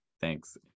Thanks